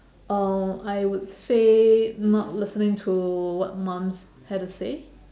uh I would say not listening to what mums had to say